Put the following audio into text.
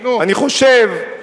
אני חושב,